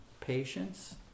patience